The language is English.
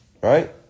right